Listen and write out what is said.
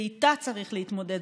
ואיתה צריך להתמודד.